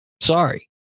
Sorry